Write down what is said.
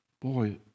boy